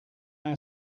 our